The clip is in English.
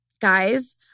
guys